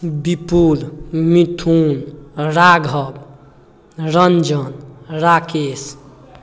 Vipul Mithun Raghav Ranjan Rakesh